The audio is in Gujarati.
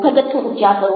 ઘરગથ્થું ઉપચાર કરો